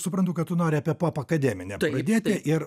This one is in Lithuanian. suprantu kad tu nori apie pop akademinę pradėti ir